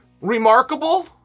Remarkable